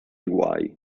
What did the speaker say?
guai